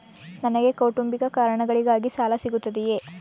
ನನಗೆ ಕೌಟುಂಬಿಕ ಕಾರಣಗಳಿಗಾಗಿ ಸಾಲ ಸಿಗುತ್ತದೆಯೇ?